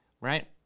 right